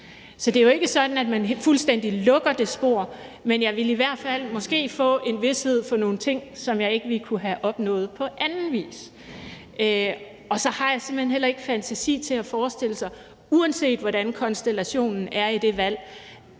Så det er jo ikke sådan, at man fuldstændig lukker det spor, men jeg ville måske få en vished om nogle ting, som jeg ikke kunne have opnået på anden vis. Så har jeg simpelt hen heller ikke fantasi til at forestille mig, uanset hvordan konstellationen er i det udvalg,